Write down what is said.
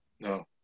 No